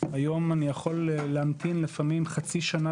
היום אני יכול להמתין לפעמים חצי שנה